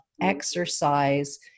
exercise